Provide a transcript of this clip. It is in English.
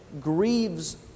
Grieves